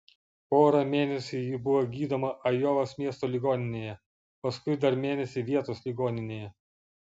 porą mėnesių ji buvo gydoma ajovos miesto ligoninėje paskui dar mėnesį vietos ligoninėje